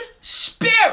spirit